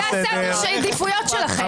זה סדר העדיפויות שלכם.